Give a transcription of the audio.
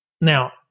Now